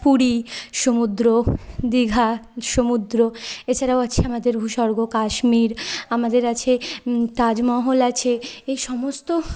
পুরী সমুদ্র দীঘা সমুদ্র এছাড়াও আছে আমাদের ভূস্বর্গ কাশ্মীর আমাদের আছে তাজমহল আছে এই সমস্ত